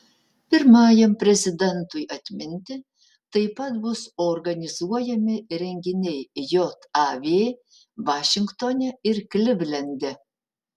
pirmajam prezidentui atminti taip pat bus organizuojami renginiai jav vašingtone ir klivlende